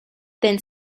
then